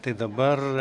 tai dabar